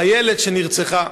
חיילת שנרצחה.